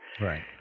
Right